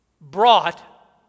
brought